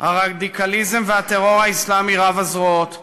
הרדיקליזם והטרור האסלאמי רב-הזרועות,